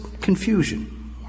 confusion